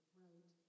right